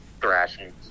thrashing